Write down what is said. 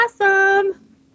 awesome